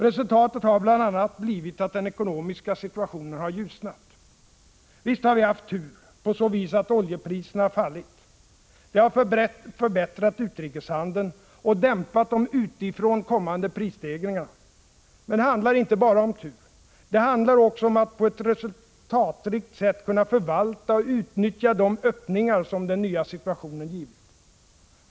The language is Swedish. Resultatet har bl.a. blivit att den ekonomiska situationen har ljusnat. Visst har vi haft tur, på så vis att oljepriserna fallit. Det har förbättrat utrikeshandeln och dämpat de utifrån kommande prisstegringarna. Men det handlar inte bara om tur. Det handlar också om att på ett resultatrikt sätt kunna förvalta och utnyttja de öppningar som den nya situationen givit.